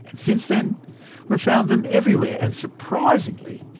and since then we've found them everywhere, and surprisingly,